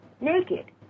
naked